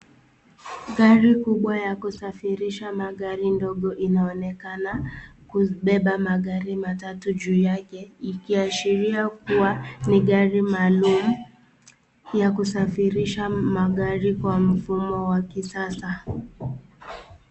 Gari kubwa ya kusafirisha magari ndogo inaonekana kubeba magari matatu juu yake ikiashiria kuwa ni gari maalum ya kusafirisha magari kwa mfumo wa kisasa.